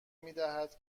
میدهد